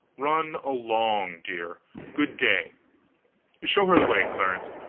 run along, dear good-day show her the way, clarence.